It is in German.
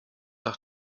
nach